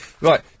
Right